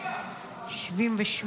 78,